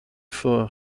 for